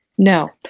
No